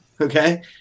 Okay